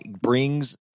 brings